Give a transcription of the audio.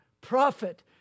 prophet